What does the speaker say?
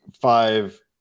five